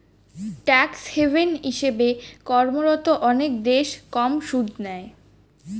tax haven হিসেবে কর্মরত অনেক দেশ কম সুদ নেয়